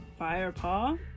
Firepaw